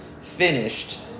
finished